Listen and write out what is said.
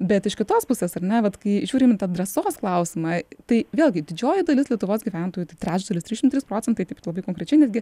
bet iš kitos pusės ar ne vat kai žiūrim į tą drąsos klausimą tai vėlgi didžioji dalis lietuvos gyventojų tai trečdalis trišim trys procentai taip labai konkrečiai netgi